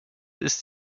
ist